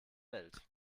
welt